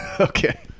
okay